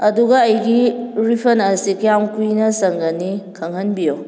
ꯑꯗꯨꯒ ꯑꯩꯒꯤ ꯔꯤꯐꯟ ꯑꯁꯤ ꯀꯌꯥꯝ ꯀꯨꯏꯅ ꯆꯪꯒꯅꯤ ꯈꯪꯍꯟꯕꯤꯌꯨ